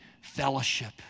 fellowship